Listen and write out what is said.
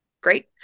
great